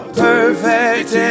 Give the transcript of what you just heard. perfect